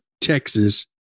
Texas